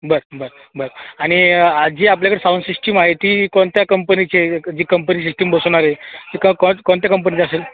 बर बर बर आणि आ जी आपल्याकडं साउंड सिश्टीम आहे ती कोणत्या कंपनीची आहे ये क जी कंपनी सिश्टीम बसवणार आहे ती क कॉज कोणत्या कंपनीची असेल